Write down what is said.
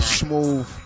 smooth